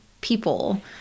people